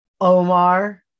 Omar